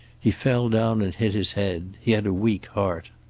he fell down and hit his head. he had a weak heart.